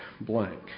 blank